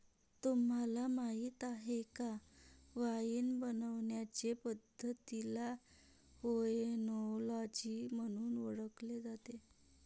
तुम्हाला माहीत आहे का वाइन बनवण्याचे पद्धतीला ओएनोलॉजी म्हणून ओळखले जाते